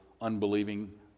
unbelieving